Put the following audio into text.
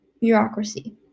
Bureaucracy